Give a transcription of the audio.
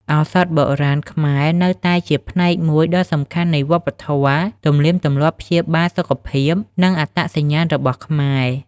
ឱសថបុរាណខ្មែរនៅតែជាផ្នែកមួយដ៏សំខាន់នៃវប្បធម៌ ទំនៀមទម្លាប់ព្យាបាលសុខភាព និងអត្តសញ្ញាណរបស់ខ្មែរ។